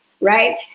right